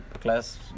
class